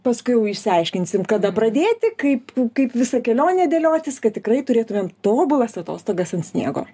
paskui jau išsiaiškinsim kada pradėti kaip kaip visą kelionę dėliotis kad tikrai turėtumėm tobulas atostogas ant sniego